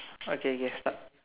okay K start